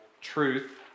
truth